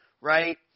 right